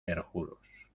perjuros